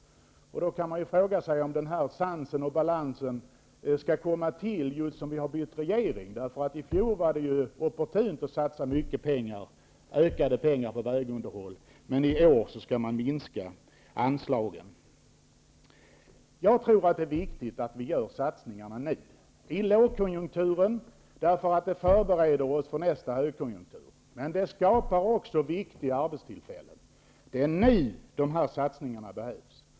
Då kan man fråga sig om den här sansen och balansen skall komma till just som vi har bytt regering. I fjor var det opportunt att satsa mycket pengar på vägunderhåll, men i år skall man minska anslagen. Jag tror att det är viktigt att vi gör satsningarna nu i lågkonjunkturen, för det förbereder oss för nästa högkonjunktur. Men det skapar också viktiga arbetstillfällen. Det är nu de här satsningarna behövs.